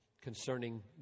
Concerning